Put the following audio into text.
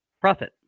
profit